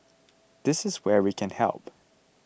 this is where we can help